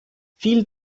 vielen